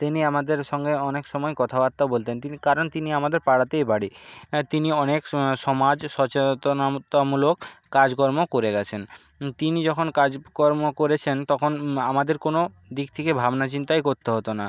তিনি আমাদের সঙ্গে অনেক সময় কথাবার্তা বলতেন তিনি কারণ তিনি আমাদের পাড়াতেই বাড়ি অনেক সমাজ সচেতনতামূলক কাজকর্ম করে গেছেন তিনি যখন কাজকর্ম করেছেন তখন আমাদের কোনো দিক থেকে ভাবনা চিন্তাই করতে হতো না